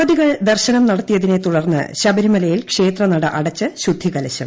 യുവതികൾ ദർശ്രനം നടത്തിയതിനെ തുടർന്ന് ന് ശബരിമലയിൽ ക്ഷേത്രനട അടച്ച് ശുദ്ധികലശം